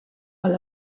all